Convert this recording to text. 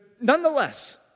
nonetheless